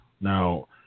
now